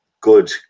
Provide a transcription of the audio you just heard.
good